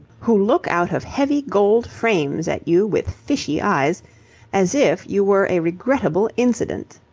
who look out of heavy gold frames at you with fishy eyes as if you were a regrettable incident.